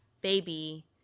baby